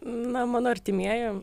na mano artimieji